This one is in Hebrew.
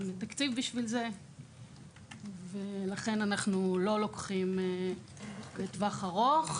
תקציב ולכן אנחנו לא לוקחים לטווח ארוך.